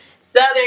Southern